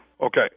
Okay